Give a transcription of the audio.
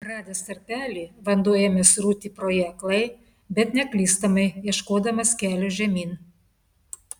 radęs tarpelį vanduo ėmė srūti pro jį aklai bet neklystamai ieškodamas kelio žemyn